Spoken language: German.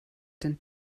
den